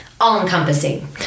all-encompassing